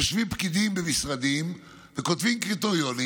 יושבים פקידים במשרדים וכותבים קריטריונים,